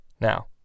Now